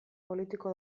politiko